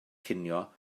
cinio